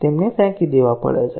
તેમને ફેંકી દેવા પડે છે